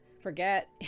Forget